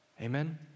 Amen